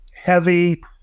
heavy